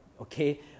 okay